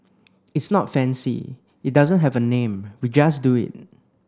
it's not fancy it doesn't have a name we just do it